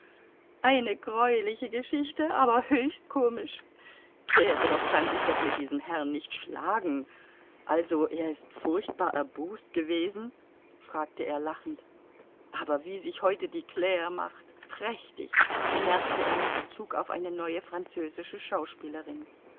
eine greuliche geschichte aber höchst komisch kedrow kann sich doch mit diesem herrn nicht schlagen also er ist furchtbar erbost gewesen fragte er lachend aber wie sich heute die claire macht prächtig bemerkte er mit bezug auf eine neue französische schauspielerin